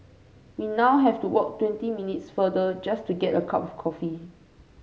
we now have to walk twenty minutes farther just to get a cup of coffee